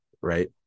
right